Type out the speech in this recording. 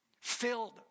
Filled